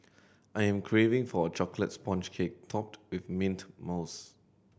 I am craving for a chocolate sponge cake topped with mint mousse